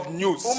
news